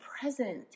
present